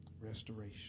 restoration